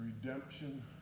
redemption